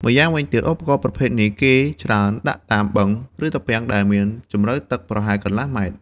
ម្យ៉ាងវិញទៀត ឧបករណ៍ប្រភេទនេះ គេច្រើនដាក់តាមបឹង ឬត្រពាំងដែលមានជម្រៅទឹកប្រហែលកន្លះម៉ែត្រ។